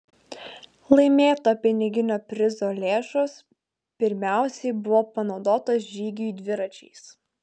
laimėto piniginio prizo lėšos pirmiausiai buvo panaudotos žygiui dviračiais